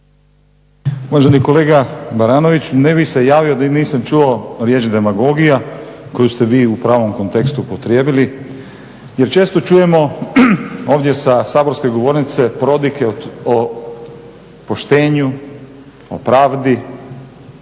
Uvaženi kolega Baranović ne bih se javio da nisam čuo riječ demagogija koju ste vi u pravom kontekstu upotrijebili. Jer često čujemo ovdje sa saborske govornice prodike o poštenju, o pravdi,